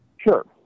Sure